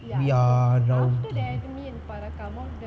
we are